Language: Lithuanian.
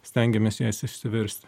stengiamės jas išsiversti